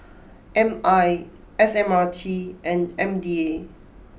M I S M R T and M D A